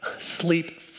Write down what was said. sleep